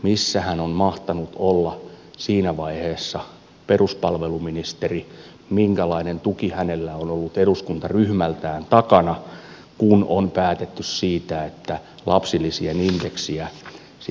missähän on mahtanut olla siinä vaiheessa peruspalveluministeri minkälainen tuki hänellä on ollut eduskuntaryhmältään takana kun on päätetty siitä että lapsilisien keksiä se